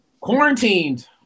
Quarantined